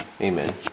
amen